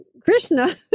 Krishna